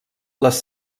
les